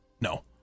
No